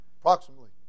approximately